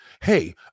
hey